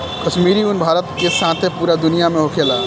काश्मीरी उन भारत के साथे पूरा दुनिया में होखेला